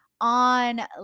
On